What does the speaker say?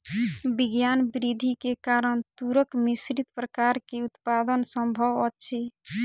विज्ञान वृद्धि के कारण तूरक मिश्रित प्रकार के उत्पादन संभव अछि